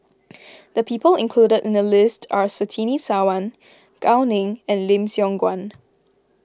the people included in the list are Surtini Sarwan Gao Ning and Lim Siong Guan